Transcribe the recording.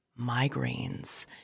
migraines